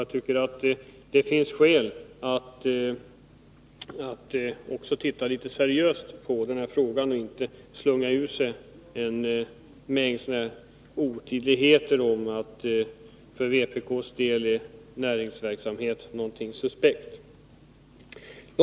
Jag tycker att det finns skäl att också titta litet seriöst på den här frågan och inte slunga ur sig en mängd otydligheter om att näringsverksamhet är någonting suspekt för vpk:s del.